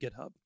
GitHub